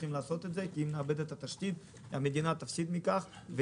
צריכים לעשות את זה כי אם נאבד את התשתית המדינה תפסיד מכך.